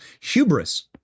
hubris